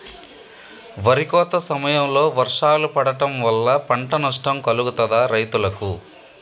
వరి కోత సమయంలో వర్షాలు పడటం వల్ల పంట నష్టం కలుగుతదా రైతులకు?